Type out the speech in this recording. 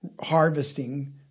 harvesting